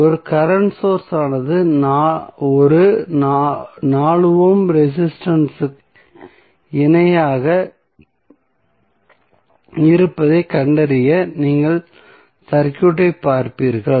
ஒரு current source ஆனது ஒரு 4 ஓம் ரெசிஸ்டன்ஸ் ற்கு இணையாக இருப்பதைக் கண்டறிய நீங்கள் சர்க்யூட்டை பார்ப்பீர்கள்